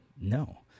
no